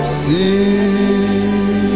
see